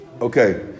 Okay